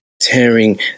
tearing